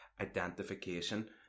identification